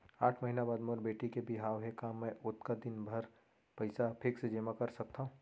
आठ महीना बाद मोर बेटी के बिहाव हे का मैं ओतका दिन भर पइसा फिक्स जेमा कर सकथव?